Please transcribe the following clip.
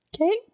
okay